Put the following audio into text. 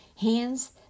hands